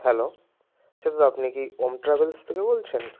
hello আচ্ছা দাদা আপনি কি ওম ট্র্যাভেলস থেকে বলছেন